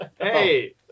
hey